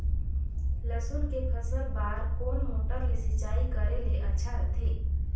लसुन के फसल बार कोन मोटर ले सिंचाई करे ले अच्छा रथे?